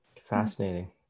Fascinating